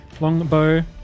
Longbow